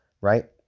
right